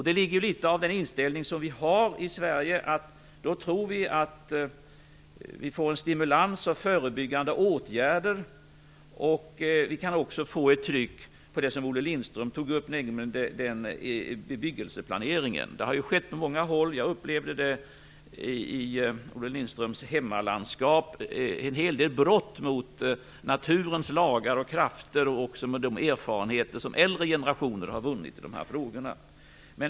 Däri ligger litet av den inställning som vi har i Sverige, att vi tror att vi får en stimulans av förebyggande åtgärder. Vi kan också få ett tryck på det som Olle Lindström tog upp, nämligen bebyggelseplaneringen, vilket har skett på många håll. Jag upplevde i Olle Lindströms hemlandskap en hel del brott mot naturens lagar och krafter, också med de erfarenheter som äldre generationer har vunnit i de här frågorna.